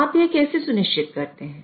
आप यह कैसे सुनिश्चित करते हैं